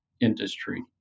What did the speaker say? industry